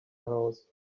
house